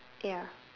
ya